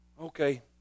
Okay